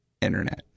Internet